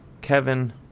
Kevin